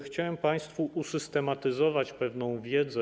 Chciałem państwu usystematyzować pewną wiedzę.